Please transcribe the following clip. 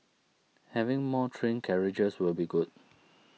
having more train carriages will be good